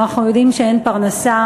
ואנחנו יודעים שאין פרנסה,